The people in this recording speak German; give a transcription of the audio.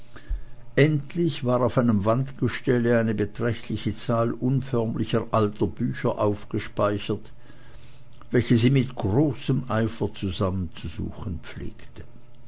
endlich war auf einem wandgestelle eine beträchtliche zahl unförmlicher alter bücher aufgespeichert welche sie mit großem eifer zusammenzusuchen pflegte